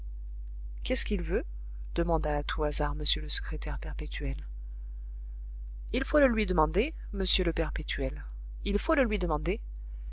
qu'est-ce qu'il veut demanda à tout hasard m le secrétaire perpétuel il faut le lui demander monsieur le perpétuel il faut le lui demander